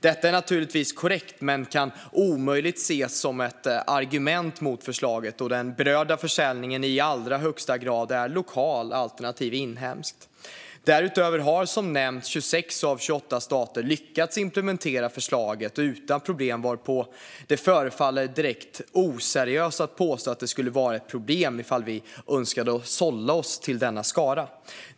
Detta är naturligtvis korrekt men kan omöjligen ses som ett argument mot förslaget då den berörda försäljningen i allra högsta grad är lokal alternativt inhemsk. Därutöver har som nämnts 26 av 28 stater lyckats implementera förslaget utan problem, varpå det förefaller direkt oseriöst att påstå att det skulle vara ett problem ifall vi önskade sälla oss till denna skara.